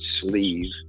sleeve